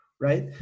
right